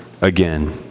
again